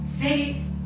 faith